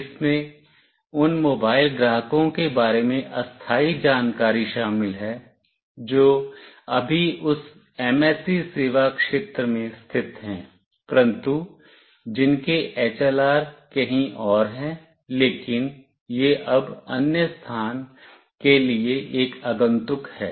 इसमें उन मोबाइल ग्राहकों के बारे में अस्थायी जानकारी शामिल है जो अभी उस MSC सेवा क्षेत्र में स्थित हैं परंतु जिनके HLR कहीं और है लेकिन यह अब अन्य स्थान के लिए एक आगंतुक है